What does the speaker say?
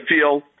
feel